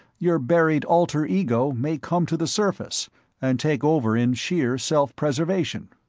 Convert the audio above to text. your buried alter-ego may come to the surface and take over in sheer self-preservation.